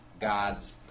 God's